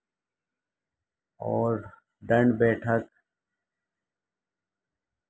اور ڈنڈ بیٹھک